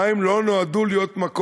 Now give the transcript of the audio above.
המים לא נועדו להיות מקור,